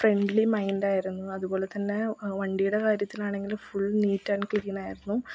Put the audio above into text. friendly മൈന്ഡായിരുന്നു അതുപോലെതന്നെ വണ്ടിയുടെ കാര്യത്തിലാണെങ്കിലും ഫുൾ നീറ്റ് ആൻഡ് ക്ലീന് ആയിരുന്നു